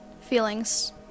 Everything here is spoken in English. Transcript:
feelings